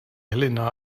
helena